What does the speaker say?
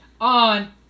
on